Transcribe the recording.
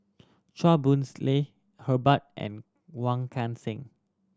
Chua Boon Lay Herbert and Wong Kan Seng